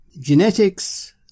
genetics